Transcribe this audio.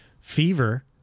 Fever